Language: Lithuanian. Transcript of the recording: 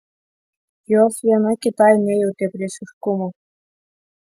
jos viena kitai nejautė priešiškumo